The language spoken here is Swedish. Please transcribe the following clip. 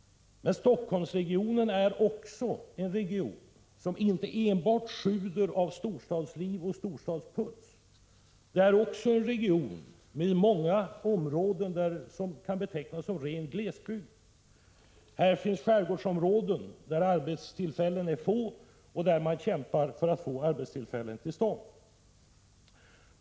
Stockholmsregionen är en region som inte enbart sjuder av storstadsliv och storstadspuls. Det är också en region med många områden som kan betecknas som ren glesbygd. Här finns skärgårdsområden där arbetstillfällena är få och där man kämpar för att få arbetstillfällen till stånd.